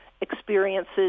experiences